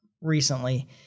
recently